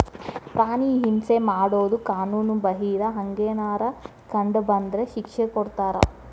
ಪ್ರಾಣಿ ಹಿಂಸೆ ಮಾಡುದು ಕಾನುನು ಬಾಹಿರ, ಹಂಗೆನರ ಕಂಡ ಬಂದ್ರ ಶಿಕ್ಷೆ ಕೊಡ್ತಾರ